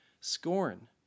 Scorn